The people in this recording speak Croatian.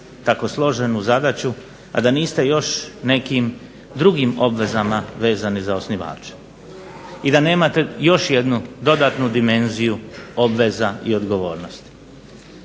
tako složenu zadaću, a da niste još nekim drugim obvezama vezani za osnivače i da nemate još jednu dodatnu dimenziju obveza i odgovornosti.